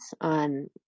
on